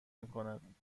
میکند